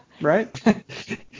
right